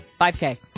5K